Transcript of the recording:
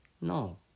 No